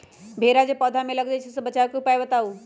भेरा जे पौधा में लग जाइछई ओ से बचाबे के उपाय बताऊँ?